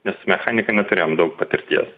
nes su mechanika neturėjom daug patirties